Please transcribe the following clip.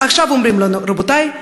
אומרים לנו: רבותי,